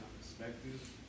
perspective